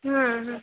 হুম হুম